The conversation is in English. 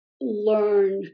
learn